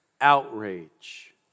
outrage